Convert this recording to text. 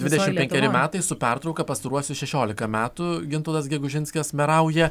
dvidešimt penkeri metai su pertrauka pastaruosius šešiolika metų gintautas gegužinskas merauja